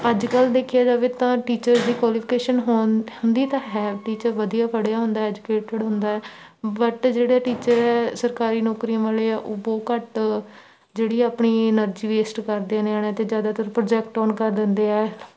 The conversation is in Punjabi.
ਅੱਜ ਕੱਲ੍ਹ ਦੇਖਿਆ ਜਾਵੇ ਤਾਂ ਟੀਚਰ ਦੀ ਕੁਆਲੀਫਿਕੇਸ਼ਨ ਹੁੰ ਹੁੰਦੀ ਤਾਂ ਹੈ ਟੀਚਰ ਵਧੀਆ ਪੜ੍ਹਿਆ ਹੁੰਦਾ ਐਜੂਕੇਟਡ ਹੁੰਦਾ ਬਟ ਜਿਹੜੇ ਟੀਚਰ ਸਰਕਾਰੀ ਨੌਕਰੀਆਂ ਵਾਲੇ ਹੈ ਉਹ ਬਹੁਤ ਘੱਟ ਜਿਹੜੀ ਆਪਣੀ ਐਨਰਜੀ ਵੇਸਟ ਕਰਦੇ ਨਿਆਣਿਆਂ 'ਤੇ ਜ਼ਿਆਦਾਤਰ ਪ੍ਰੋਜੈਕਟ ਆਨ ਕਰ ਦਿੰਦੇ ਹੈ